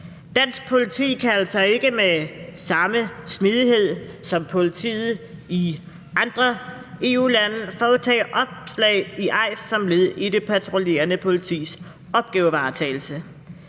Dansk politi kan altså ikke med samme smidighed som politiet i andre EU-lande foretage opslag i EIS som led i det patruljerende politis opgavevaretagelse.